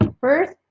First